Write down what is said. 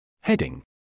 Heading